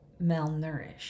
malnourished